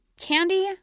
candy